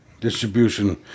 distribution